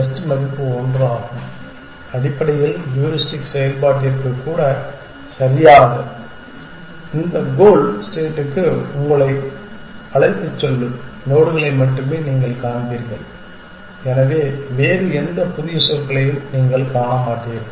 best மதிப்பு 1 ஆகும் அடிப்படையில் ஹூரிஸ்டிக் செயல்பாட்டிற்கு கூட சரியானது இந்த கோல் ஸ்டேட்டுக்கு உங்களை அழைத்துச் செல்லும் நோடுகளை மட்டுமே நீங்கள் காண்பீர்கள் எனவே வேறு எந்த புதிய சொற்களையும் நீங்கள் காண மாட்டீர்கள்